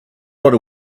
right